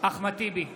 אחמד טיבי,